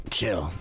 Chill